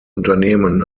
unternehmen